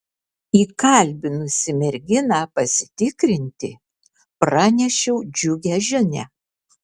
įkalbinusi merginą pasitikrinti pranešiau džiugią žinią